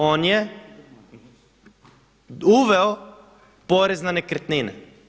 On je uveo porez na nekretnine.